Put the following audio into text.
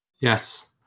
Yes